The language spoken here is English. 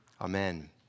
Amen